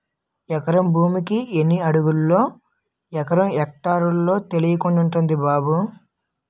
ఎకరం భూమికి ఎన్ని అడుగులో, ఎన్ని ఎక్టార్లో తెలియకుంటంది బాబూ